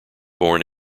born